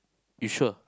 you sure